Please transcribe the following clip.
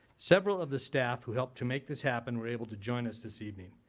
several of the staff who helped to make this happen were able to join us this evening.